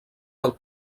del